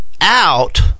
out